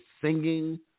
singing